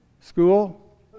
School